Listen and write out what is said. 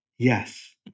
Yes